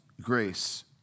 grace